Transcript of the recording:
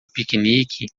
piquenique